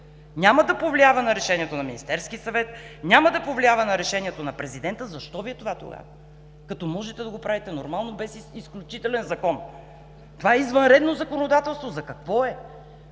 Няма да повлиява на решението на Министерския съвет, няма да повлиява на решението на президента. Защо Ви е това тогава, като можете да го правите нормално без изключителен закон. Това е извънредно законодателство. За какво е?